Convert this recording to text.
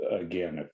again